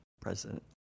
President